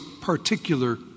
particular